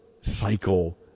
cycle